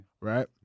right